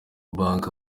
banki